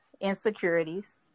insecurities